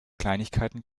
kleinigkeiten